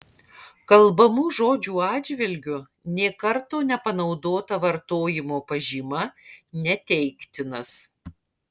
kalbamų žodžių atžvilgiu nė karto nepanaudota vartojimo pažyma neteiktinas